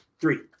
Three